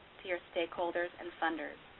to your stakeholders, and funders.